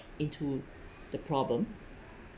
into the problem